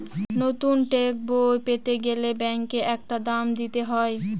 নতুন চেকবই পেতে গেলে ব্যাঙ্কে একটা দাম দিতে হয়